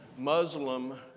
Muslim